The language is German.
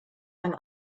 eine